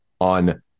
on